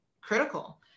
critical